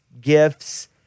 gifts